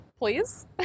please